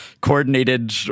coordinated